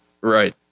Right